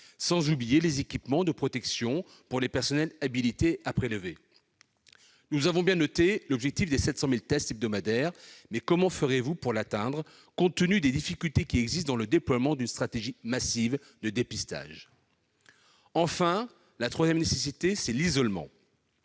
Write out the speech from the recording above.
sans oublier les équipements de protection pour le personnel habilité à prélever ? Nous avons bien noté l'objectif des 700 000 tests hebdomadaires, mais comment ferez-vous pour l'atteindre, compte tenu des difficultés qui existent dans le déploiement d'une stratégie massive de dépistage ? La troisième nécessité est l'isolement.